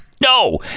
No